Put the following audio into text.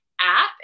app